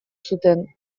zuten